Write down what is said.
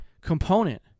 component